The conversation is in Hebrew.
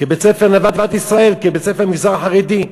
כבית-ספר "נוות ישראל", כבית-ספר מזרחי חרדי?